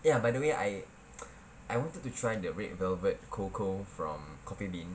oh ya by the way I I wanted to try the red velvet cocoa from coffee bean